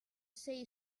say